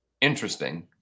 interesting